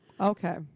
Okay